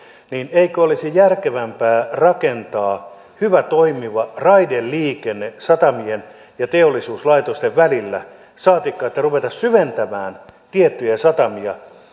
eikö olisi järkevämpää rakentaa hyvä toimiva raideliikenne satamien ja teollisuuslaitosten välille saatikka että ruvetaan syventämään tiettyjä satamia